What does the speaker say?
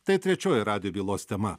tai trečioji radijo bylos tema